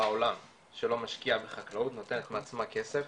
בעולם שלא משקיעה בחקלאות, ונותנת מעצמה כסף